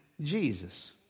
Jesus